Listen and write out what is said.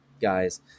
guys